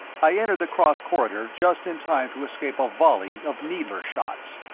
i entered the cross corridor just in time to escape a volley of needler shots.